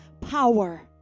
power